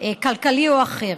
כלכלי או אחר.